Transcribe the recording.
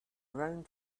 round